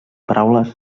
paraules